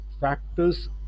factors